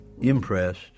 impressed